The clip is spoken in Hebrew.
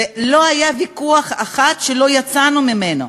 לא היה ויכוח אחד שלא יצאנו ממנו.